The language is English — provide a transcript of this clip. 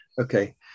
Okay